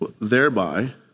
Thereby